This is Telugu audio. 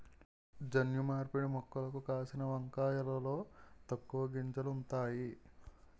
జన్యు మార్పిడి మొక్కలకు కాసిన వంకాయలలో తక్కువ గింజలు ఉంతాయి